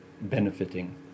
benefiting